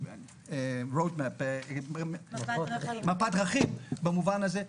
מפת דרכים במובן הזה,